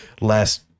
last